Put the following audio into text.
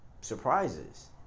surprises